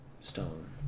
stone